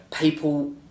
people